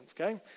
Okay